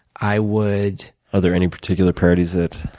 i would are there any particular parodies that,